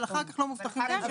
אבל אחר כך לא מובטח להם ---- כן,